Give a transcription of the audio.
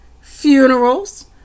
funerals